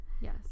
Yes